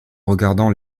regardant